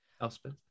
Elspeth